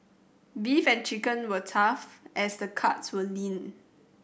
beef and chicken were tough as the cuts were lean